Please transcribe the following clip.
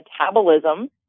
metabolism